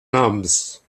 namens